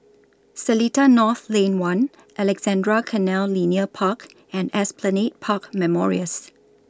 Seletar North Lane one Alexandra Canal Linear Park and Esplanade Park Memorials